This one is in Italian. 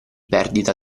perdita